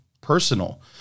personal